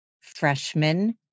freshman